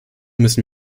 müssen